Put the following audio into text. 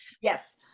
Yes